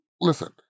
Listen